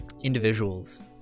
individuals